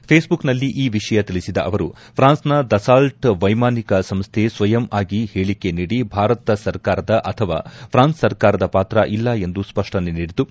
ಫೇಸ್ಬುಕ್ನಲ್ಲಿ ಈ ವಿಷಯ ತಿಳಿಸಿದ ಅವರು ಫ್ರಾನ್ಸ್ನ ದಸಾಲ್ಟ್ ವೈಮಾನಿಕ ಸಂಸ್ಹೆ ಸ್ವಯಂ ಆಗಿ ಹೇಳಿಕೆ ನೀಡಿ ಭಾರತ ಸರ್ಕಾರದ ಅಥವಾ ಪ್ರಾನ್ಸ್ ಸರ್ಕಾರದ ಪಾತ್ರ ಇಲ್ಲ ಎಂದು ಸ್ಪಷ್ನೆ ನೀಡಿದ್ದು